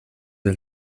del